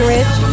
Rich